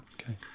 Okay